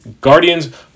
Guardians